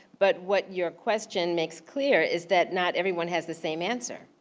but what your question makes clear is that not everyone has the same answer,